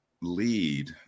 lead